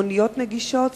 מוניות נגישות,